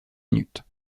minutes